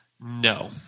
No